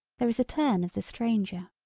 there is a turn of the stranger.